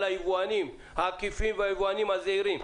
היבואנים העקיפים והיבואנים הזעירים,